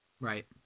right